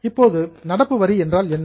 இப்போது நடப்பு வரி என்றால் என்ன